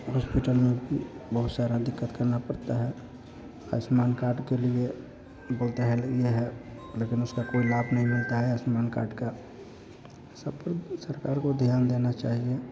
hospital में भी बहुत सारी दिक़्क़त करना पड़ता है आयुष्मान कार्ड के लिए बहुत यह है लेकिन उसका कोई लाभ नहीं मिलता है आयुष्मान कार्ड का सब पर सरकार को ध्यान देना चाहिए